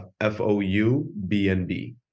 F-O-U-B-N-B